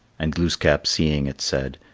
and glooskap, seeing it, said,